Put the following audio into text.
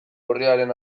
urriaren